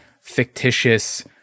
fictitious